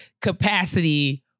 capacity